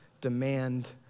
demand